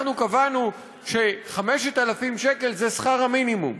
אנחנו קבענו ש-5,000 שקל זה שכר המינימום,